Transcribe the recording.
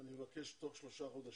אני מבקש תוך שלושה חודשים